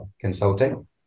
consulting